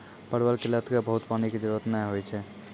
परवल के लत क बहुत पानी के जरूरत नाय होय छै